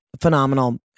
phenomenal